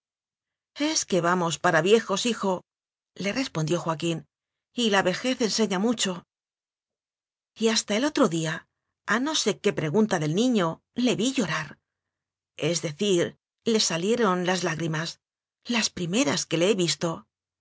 dibujos es que vamos para viejos hijole res pondió joaquín y la vejez enseña mucho y hasta el otro día a no sé qué pregunta del niño le vi llorar es decir le salieron las lágrimas las primeras que le he visto